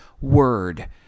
word